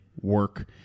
work